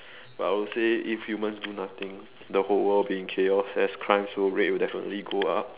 but I would say if humans do nothing the whole world will be in chaos as crime rate will definitely go up